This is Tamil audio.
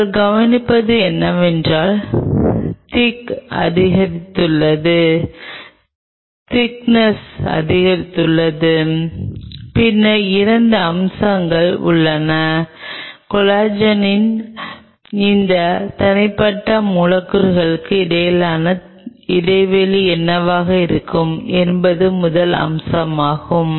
நீங்கள் கவனிப்பது என்னவென்றால் திக்னஸ் அதிகரித்துள்ளது திக்னஸ் அதிகரித்துள்ளது பின்னர் 2 அம்சங்கள் உள்ளன கொலாஜனின் இந்த தனிப்பட்ட மூலக்கூறுகளுக்கு இடையிலான இடைவெளி என்னவாக இருக்கும் என்பது முதல் அம்சமாகும்